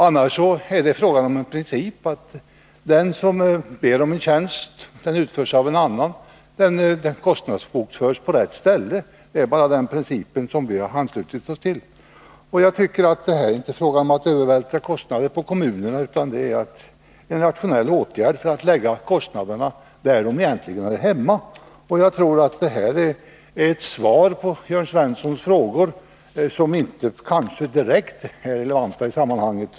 Annars är det fråga om en princip att en tjänst som utförs av en myndighet för en annan kostnadsbokförs på rätt ställe. Vi har bara anslutit oss till den principen. Jag tycker inte att detta är att övervältra kostnader på kommunerna, utan det är fråga om en rationell åtgärd för att redovisa kostnaderna där de egentligen hör hemma. Jag tror att detta är ett svar på Jörn Svenssons frågor, som kanske inte direkt är relevanta i sammanhanget.